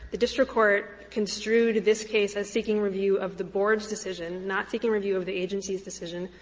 the district court construed this case as seeking review of the board's decision, not seeking review of the agency's decision.